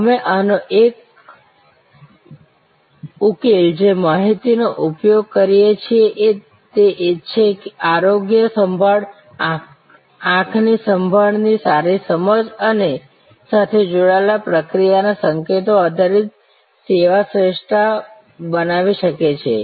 અમે આનો ઉકેલ જે માહિતી નો ઉપયોગ કરીએ છીએ તે છે આરોગ્ય સંભાળ આંખની સંભાળની સારી સમજ સાથે જોડાયેલ પ્રક્રિયાના સંકેતો આધારિત સેવા શ્રેષ્ઠતા બનાવી શકે છે